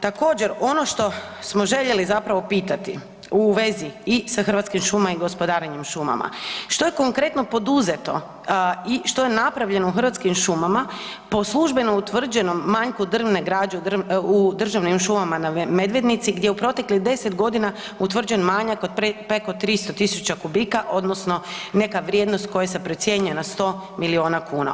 Također ono što smo željeli zapravo pitati u vezi i sa Hrvatskim šumama i gospodarenju šumama, što je konkretno poduzeto i što je napravljeno u Hrvatskim šumama po službenom utvrđenom manjku drvne građe u državnim šumama na Medvednici gdje je u proteklih 10 g. utvrđen manjak od preko 300 000 m3 odnosno neka vrijednost koja se procjenjuje na 100 milijuna kuna?